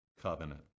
covenant